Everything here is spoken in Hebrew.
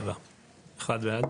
הצבעה בעד,